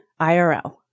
IRL